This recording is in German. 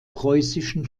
preußischen